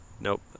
nope